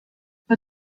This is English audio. but